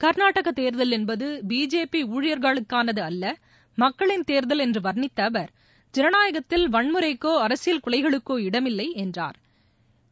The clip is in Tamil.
கர்நாடக தேர்தல் என்பது பிஜேபி ஊழியர்களுக்கானது அல்ல மக்களின் தேர்தல் என்று வர்ணித்த அவர் ஜனநாயகத்தில் வன்முறைக்கோ அரசியல் கொலைகளுக்கோ இடமில்லை என்றாா்